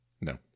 No